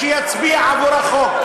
שיצביע עבור החוק.